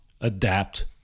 adapt